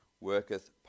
worketh